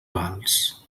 vals